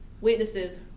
witnesses